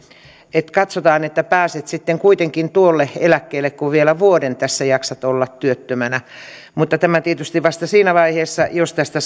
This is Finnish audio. että katsotaan että pääset sitten kuitenkin tuolle eläkkeelle kun vielä vuoden tässä jaksat olla työttömänä mutta tämä on tietysti vasta siinä vaiheessa jos tästä